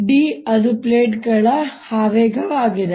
d ಅದು ಪ್ಲೇಟ್ಗಳ ಆವೇಗವಾಗಿದೆ